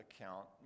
account